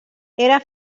era